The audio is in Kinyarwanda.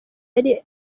yari